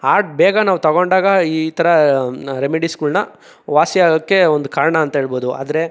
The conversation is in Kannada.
ಹಾರ್ಟ್ ಬೇಗ ನಾವು ತೊಗೊಂಡಾಗ ಈ ಥರ ರೆಮಿಡಿಸ್ಗಳ್ನ ವಾಸಿ ಆಗೋಕ್ಕೆ ಒಂದು ಕಾರಣ ಅಂತೇಳ್ಬೋದು ಆದರೆ